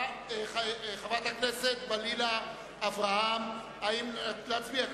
חברת הכנסת אברהם-בלילא, להצביע?